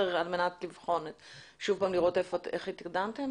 על מנת לבחון שוב פעם ולראות איך התקדמתם?